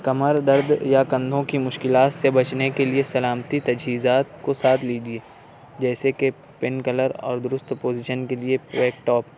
کمر درد یا کندھوں کی مشکلات سے بچنے کے لیے سلامتی تجویزات کو ساتھ لیجیے جیسے کہ پین کلر اور دُرست پوزیشن کے لئے پریک ٹاپ